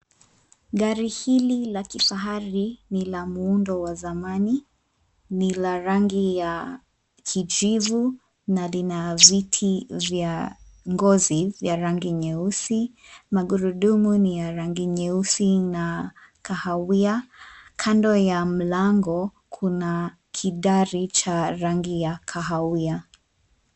Gari hili la kifahari, ni la muundo wa zamani, ni la rangi ya kijivu na lina viti vya ngozi vya rangi nyeusi. Magurudumu ni ya rangi nyeusi na kahawia. Kando ya mlango, kuna kidari cha rangi ya kahawia.